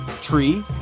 Tree